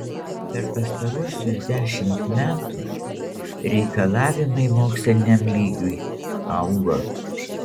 per pastaruosius dešimt metų reikalavimai moksliniam lygiui augo